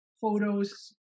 Photos